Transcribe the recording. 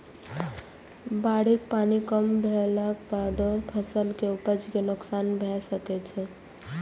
बाढ़िक पानि कम भेलाक बादो फसल के उपज कें नोकसान भए सकै छै